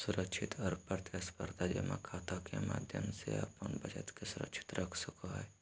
सुरक्षित और प्रतिस्परधा जमा खाता के माध्यम से अपन बचत के सुरक्षित रख सको हइ